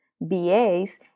BAs